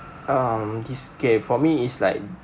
um this K for me is like